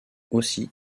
aussi